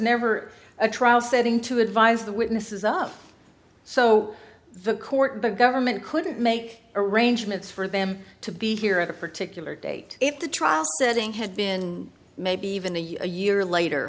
never a trial setting to advise the witnesses up so the court the government couldn't make arrangements for them to be here at a particular date if the trial setting had been maybe even a year later